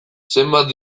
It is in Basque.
zenbat